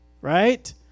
right